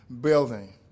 building